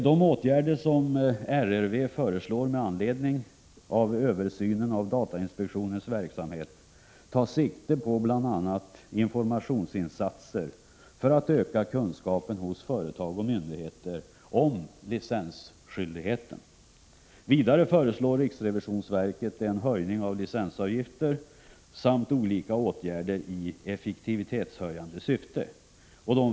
Med de åtgärder som RRV föreslår med anledning av översynen av datainspektionens verksamhet tar man sikte bl.a. på informationsinsatser för att öka kunskapen hos företag och myndigheter om licensskyldigheten. Vidare föreslår riksrevisionsverket en höjning av licensavgifter samt olika åtgärder i effektivitetshöjande syfte.